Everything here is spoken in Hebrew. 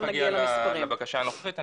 תכף אגיע לבקשה הנוכחית.